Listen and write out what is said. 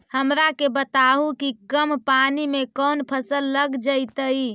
हमरा के बताहु कि कम पानी में कौन फसल लग जैतइ?